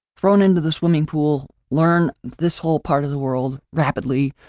thrown into the swimming pool, learn this whole part of the world rapidly,